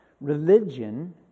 Religion